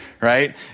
right